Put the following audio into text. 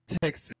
Texas